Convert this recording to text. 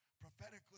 prophetically